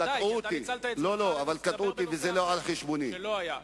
קטעו אותי וזה לא על חשבוני.